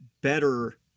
better